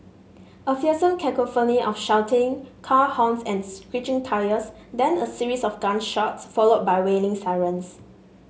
a fearsome cacophony of shouting car horns and screeching tyres then a series of gunshots followed by wailing sirens